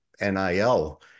NIL